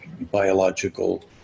biological